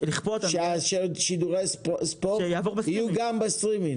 ששידורי הספורט יהיו גם בסטרימינג?